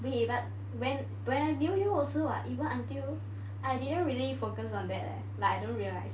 wait but when when I knew you also what even until I didn't really focus on that leh like I don't realise